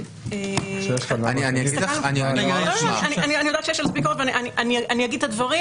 אני יודעת שיש ביקורת אבל אני אגיד את הדברים